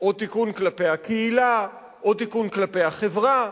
או תיקון כלפי הקהילה או תיקון כלפי החברה.